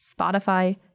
Spotify